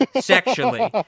sexually